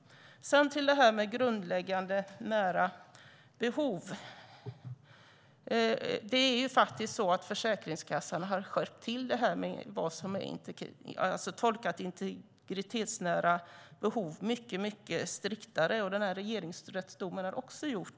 Sedan var det frågan om grundläggande nära behov. Försäkringskassan har tolkat begreppet integritetsnära behov mycket striktare. Det har man också gjort i regeringsrättsdomen.